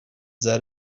that